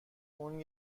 اون